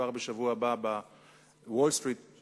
וכיצד היא עוקבת אחר הנושא?